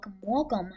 welcome